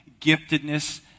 giftedness